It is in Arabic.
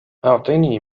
أعطني